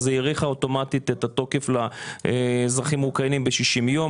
אז היא האריכה אוטומטית את התוקף לאזרחים האוקראינים ב-60 יום.